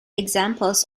examples